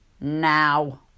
now